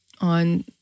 on